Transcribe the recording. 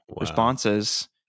responses